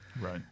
Right